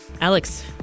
Alex